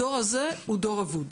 הדור הזה הוא דור אבוד,